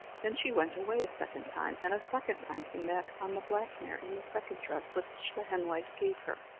then she went away a second time, and second time came back on the black mare in the second dress which the henwife gave her.